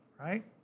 right